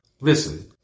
Listen